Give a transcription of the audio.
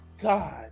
God